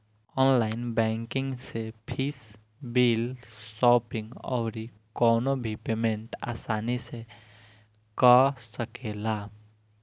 online banking से fees, bill, shopping अउरी कवनो भी पेमेंट आसानी से कअ सकेला